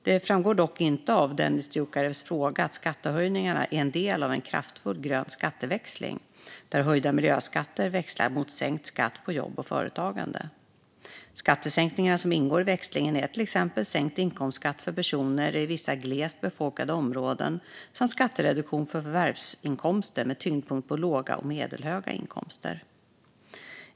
Det framgår dock inte av Dennis Dioukarevs fråga att skattehöjningarna är en del av en kraftfull grön skatteväxling där höjda miljöskatter växlas mot sänkt skatt på jobb och företagande. Skattesänkningar som ingår i växlingen är till exempel sänkt inkomstskatt för personer i vissa glest befolkade områden och skattereduktion för förvärvsinkomster med tyngdpunkt på låga och medelhöga inkomster.